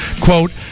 quote